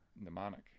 Mnemonic